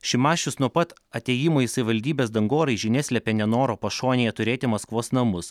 šimašius nuo pat atėjimo į savivaldybės dangoraižį neslepia nenoro pašonėje turėti maskvos namus